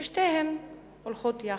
ושתיהן הולכות יחד.